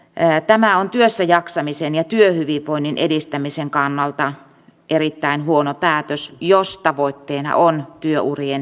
ei tämä on työssäjaksamisen ja työhyvinvoinnin edistämisen kannalta erittäin huono päätös jos tavoitteena on työurien